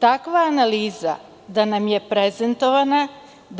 Takva analiza da nam je prezentovana